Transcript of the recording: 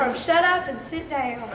um shut up and sit down